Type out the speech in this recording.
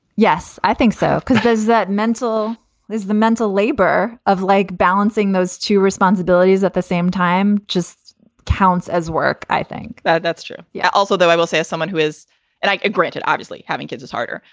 yes, i think so, because there's that mental there's the mental labor of like balancing those two responsibilities at the same time just counts as work i think that that's true. yeah also, though, i will say as someone who is and granted obviously having kids is harder,